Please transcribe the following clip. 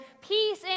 Peace